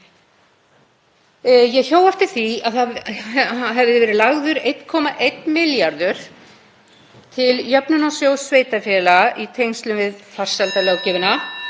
Ég hjó eftir því að lagður hefði verið 1,1 milljarður til Jöfnunarsjóðs sveitarfélaga í tengslum við farsældarlöggjöfina.